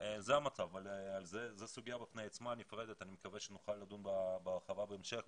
זו סוגיה בפני עצמה ואני מקווה שנוכל לדון בה בהרחבה בהמשך,